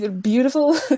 beautiful